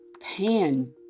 pan